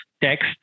text